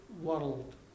world